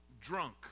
drunk